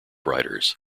writers